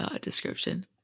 description